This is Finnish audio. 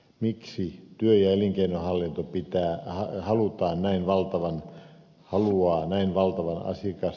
miksi työ ja elinkeinohallinto haluaa näin valtavan asiakastietojärjestelmän